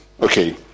Okay